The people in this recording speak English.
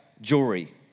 jewelry